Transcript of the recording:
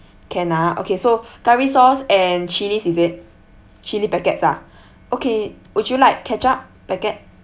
can ah okay so curry sauce and chillis is it chilli packets ah okay would you like ketchup packet